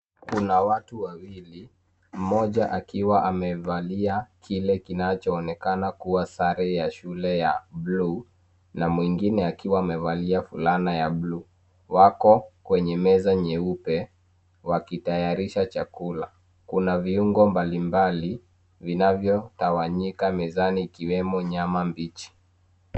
Kuna watu wawili mmoja akiwa amevalia kile kinachoonekana kuwa sare ya shule ya blue na mwingine akiwa amevalia fulana ya [ccs]blue wako kwenye meza nyeupe wakitayarisha chakula. Kuna viungo mbalimbali vinavyotawanyika mezani ikiwemo nyama mbichi.